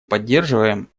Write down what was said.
поддерживаем